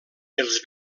els